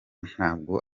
ntabwo